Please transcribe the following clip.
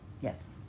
Yes